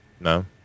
No